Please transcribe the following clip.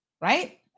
right